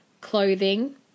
clothing